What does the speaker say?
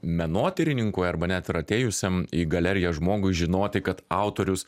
menotyrininkui arba net ir atėjusiam į galeriją žmogui žinoti kad autorius